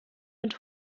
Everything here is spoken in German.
mit